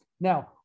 Now